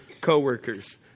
coworkers